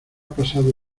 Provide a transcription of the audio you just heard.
pasado